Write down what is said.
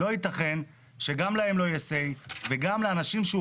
לא יתכן שגם להם לא יהיה say וגם לאנשים שהוא